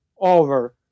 over